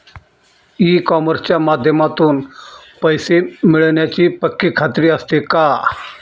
E कॉमर्सच्या माध्यमातून पैसे मिळण्याची पक्की खात्री असते का?